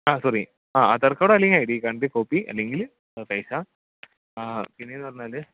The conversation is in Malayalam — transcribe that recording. ആ സോറി ആ ആധാർക്കാഡോ അല്ലെങ്കിൽ ഐ ഡികാഡ്ൻ്റെ കോപ്പി അല്ലെങ്കിൽ അപേക്ഷ പിന്നേന്ന് പറഞ്ഞാൽ